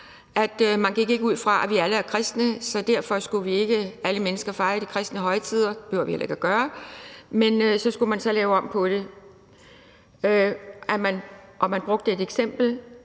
at man ikke gik ud fra, at vi alle var kristne, så derfor skulle alle mennesker ikke fejre de kristne højtider – det behøver vi heller ikke at gøre. Man skulle så lave om på det, og man brugte et eksempel: